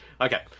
Okay